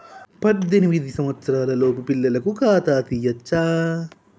పద్దెనిమిది సంవత్సరాలలోపు పిల్లలకు ఖాతా తీయచ్చా?